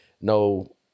No